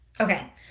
Okay